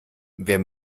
wer